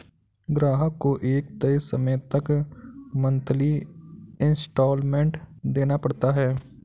ग्राहक को एक तय समय तक मंथली इंस्टॉल्मेंट देना पड़ता है